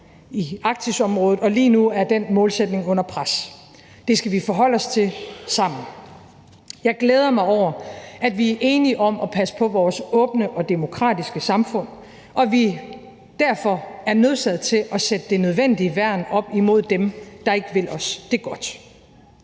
i Arktisområdet, og lige nu er den målsætning under pres. Det skal vi forholde os til sammen. Jeg glæder mig over, at vi er enige om at passe på vores åbne og demokratiske samfund, og at vi derfor er nødsaget til at sætte det nødvendige værn op imod dem, der ikke vil os det godt.